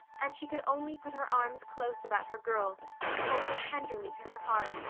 and she could only put her arms close about her girl and hold her tenderly to her heart,